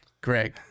greg